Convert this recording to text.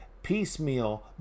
piecemeal